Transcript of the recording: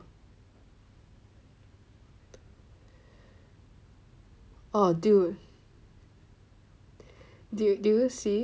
oh dude dude did you see